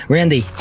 Randy